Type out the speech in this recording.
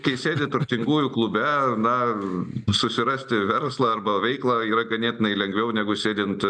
kai sėdi turtingųjų klube na susirasti verslą arba veiklą yra ganėtinai lengviau negu sėdint